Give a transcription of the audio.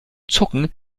zucken